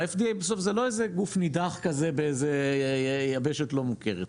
ה-FDA בסוף זה לא איזה גוף נידח כזה באיזה יבשת לא מוכרת.